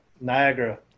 Niagara